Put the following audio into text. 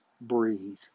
breathe